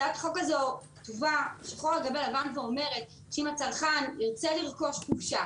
הצעת החוק כתובה שחור על גבי לבן ואומרת שאם הצרכן ירצה לרכוש חופשה